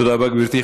תודה רבה, גברתי.